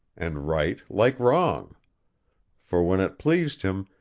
and right like wrong for when it pleased him,